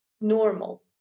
normal